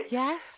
yes